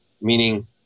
Meaning